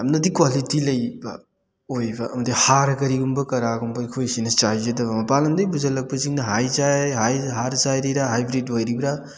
ꯌꯥꯝꯅꯗꯤ ꯀ꯭ꯋꯥꯂꯤꯇꯤ ꯂꯩꯕ ꯑꯣꯏꯕ ꯑꯃꯗꯤ ꯍꯥꯔ ꯀꯔꯤꯒꯨꯝꯕ ꯀꯔꯥꯒꯨꯝꯕ ꯑꯩꯈꯣꯏꯁꯤꯅ ꯆꯥꯏꯖꯗꯕ ꯃꯄꯥꯟ ꯂꯝꯗꯩ ꯄꯨꯁꯤꯜꯂꯛꯄ ꯁꯤꯡꯅ ꯍꯥꯔ ꯆꯥꯏ ꯍꯥꯔ ꯆꯥꯏꯔꯤꯔꯥ ꯍꯥꯏꯕ꯭ꯔꯤꯠ ꯑꯣꯏꯔꯤꯕ꯭ꯔꯥ